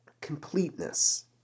completeness